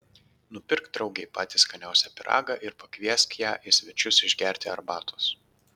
nupirk draugei patį skaniausią pyragą ir pakviesk ją į svečius išgerti arbatos